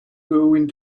going